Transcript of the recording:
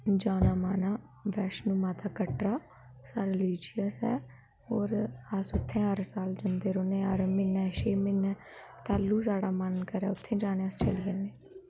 ते ओह्दा तड़का बनाने केह् करना के बस तेल चाढ़ना ओह्दा जेसै तोड़ी धुंआं नि निकलै उसी गर्म करना ओह्दे च पाना जीरा ते फ्ही ओह्दे च पाना शुरे दा गण्डा गण्डा पाना ते उसी हलाना